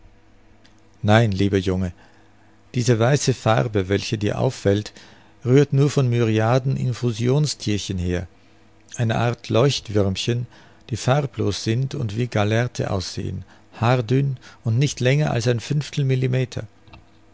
nein lieber junge diese weiße farbe welche dir auffällt rührt nur von myriaden infusionsthierchen her einer art leuchtwürmchen die farblos sind und wie gallerte aussehen haardünn und nicht länger als ein